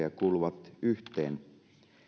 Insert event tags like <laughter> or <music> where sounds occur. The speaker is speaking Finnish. <unintelligible> ja kuuluvat yhteen